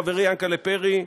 חברי יענקל'ה פרי,